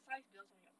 size 比较重要